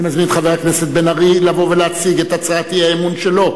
אני מזמין את חבר הכנסת מיכאל בן-ארי לבוא ולהציג את הצעת האי-אמון שלו,